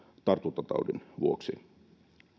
tartuntataudin vuoksi